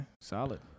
Solid